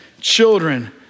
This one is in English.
children